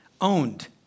owned